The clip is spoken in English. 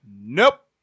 Nope